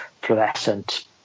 fluorescent